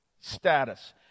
Status